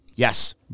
Yes